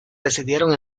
decidieron